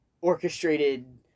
orchestrated